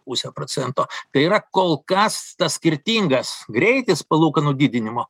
puse procento tai yra kol kas tas skirtingas greitis palūkanų didinimo